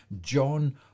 John